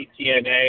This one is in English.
TNA